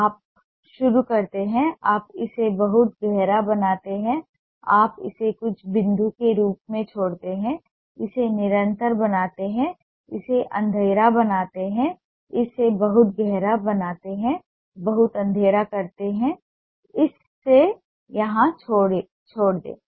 आप शुरू करते हैं आप इसे बहुत गहरा बनाते हैं आप इसे कुछ बिंदु के रूप में छोड़ते हैं इसे निरंतर बनाते हैं इसे अंधेरा बनाते हैं इसे बहुत गहरा बनाते हैं बहुत अंधेरा करते हैं इसे यहां छोड़ दें